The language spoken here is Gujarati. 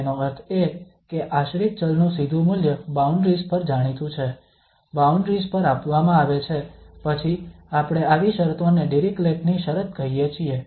તેનો અર્થ એ કે આશ્રિત ચલ નું સીધું મૂલ્ય બાઉન્ડ્રીઝ પર જાણીતું છે બાઉન્ડ્રીઝ પર આપવામાં આવે છે પછી આપણે આવી શરતોને ડિરીક્લેટની શરત Dirichlet's condition કહીએ છીએ